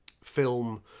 film